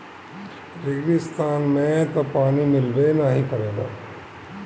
रेगिस्तान में तअ पानी मिलबे नाइ करेला